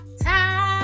time